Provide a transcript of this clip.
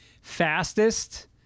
fastest